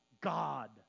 God